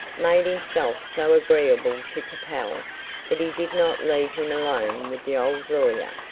made himself so agreeable to capel that he did not leave him alone with the old lawyer,